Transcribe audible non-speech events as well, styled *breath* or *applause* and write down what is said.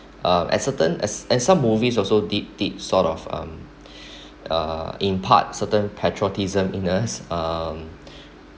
uh a certain and some movies also did did sort of um *breath* uh impart certain patriotism in us um